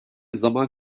zaman